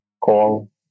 call